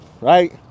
right